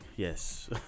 Yes